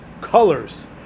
colors